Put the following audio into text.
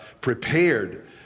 prepared